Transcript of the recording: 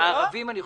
הערבים יותר.